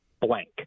blank